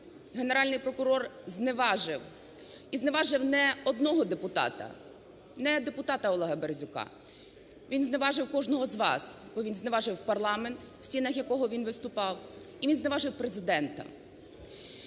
Генеральний прокурор зневажив і зневажив не одного депутата, не депутата Олега Березюка, він зневажив кожного з вас, бо він зневажив парламент, в стінах якого він виступав і він зневажив Президента.